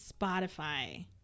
Spotify